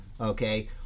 Okay